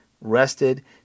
rested